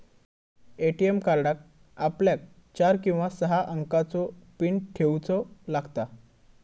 ATM कार्डाक आपल्याक चार किंवा सहा अंकाचो पीन ठेऊचो लागता